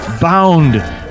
bound